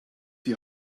die